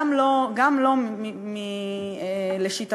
גם לא לשיטתך,